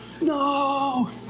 No